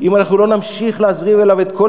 אם אנחנו לא נמשיך להזרים אליו את כל